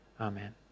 Amen